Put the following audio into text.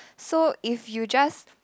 so if you just